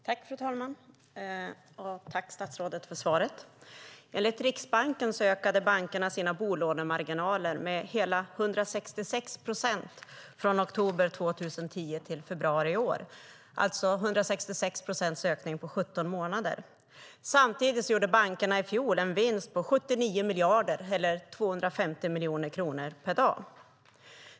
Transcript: Fru talman! Tack, statsrådet, för svaret! Enligt Riksbanken ökade bankerna sina bolånemarginaler med 166 procent från oktober 2010 till februari i år, alltså 166 procents ökning på 17 månader. Samtidigt gjorde bankerna i fjol en vinst på 79 miljarder, eller 250 miljoner kronor per dag.